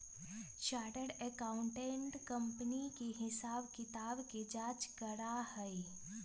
chartered accountant company के हिसाब किताब के जाँच करा हई